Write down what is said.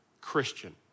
Christian